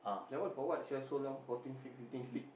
that one for what sia so long fourteen feet fifteen feet